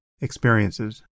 experiences